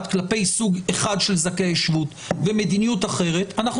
כלפי סוג אחד של זכאי שבות ומדיניות אחרת כלפי אחרים.